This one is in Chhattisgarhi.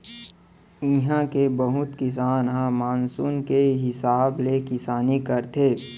इहां के बहुत किसान ह मानसून के हिसाब ले किसानी करथे